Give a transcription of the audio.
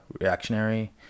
reactionary